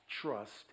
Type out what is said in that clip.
trust